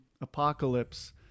apocalypse